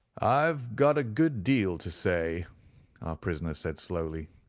i've got a good deal to say, our prisoner said slowly.